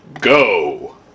go